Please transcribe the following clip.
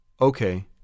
Okay